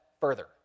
further